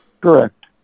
Correct